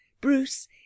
Bruce